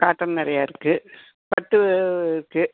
cotton நிறைய இருக்கு பட்டு இருக்கு